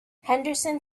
henderson